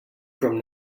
from